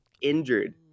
injured